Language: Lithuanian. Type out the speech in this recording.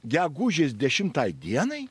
gegužės dešimtai dienai